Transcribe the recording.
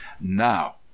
now